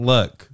Look